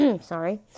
Sorry